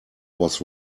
was